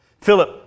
Philip